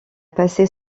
passé